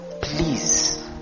please